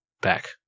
back